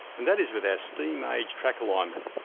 and that is with our steam age track alignment,